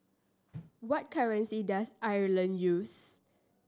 what currency does Ireland use